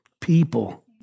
people